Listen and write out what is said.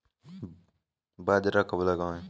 बाजरा कब लगाएँ?